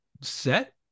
set